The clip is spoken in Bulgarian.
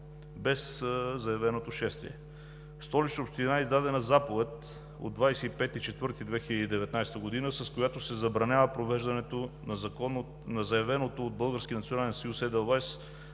без заявеното шествие. От Столична община е издадена заповед от 25 април 2019 г., с която се забранява провеждането на заявеното от „Български